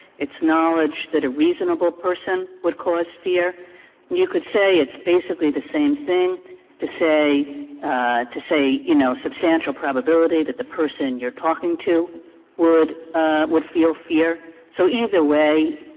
it's knowledge that a reasonable person would cause fear. and you could say it's basically the same thing to say to say, you know, substantial probability that the person you're talking to would would feel fear. so either way,